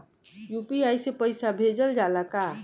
UPI से पईसा भेजल जाला का?